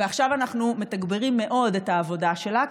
ועכשיו אנחנו מתגברים מאוד את העבודה שלה,